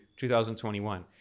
2021